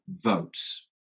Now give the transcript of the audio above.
votes